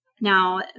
Now